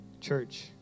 Church